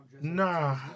Nah